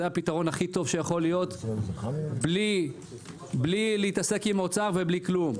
זה הפתרון הכי טוב שיכול להיות בלי להתעסק עם אוצר ובלי כלום.